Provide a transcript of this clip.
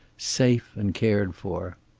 safe and cared for.